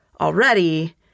already